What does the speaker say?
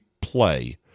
play